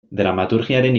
dramaturgiaren